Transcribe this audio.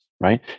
right